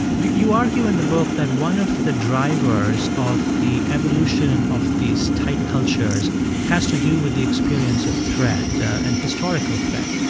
you you argue in the book that one of the drivers of the evolution of these tight cultures has to do with the experience of threat and historical threat.